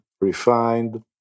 refined